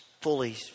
fully